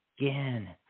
again